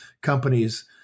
companies